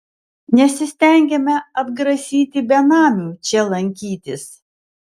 nesistengiame atgrasyti benamių čia lankytis